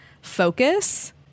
focus